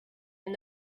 and